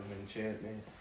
enchantment